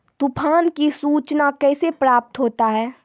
तुफान की सुचना कैसे प्राप्त होता हैं?